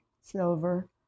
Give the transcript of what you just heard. silver